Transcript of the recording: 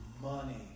money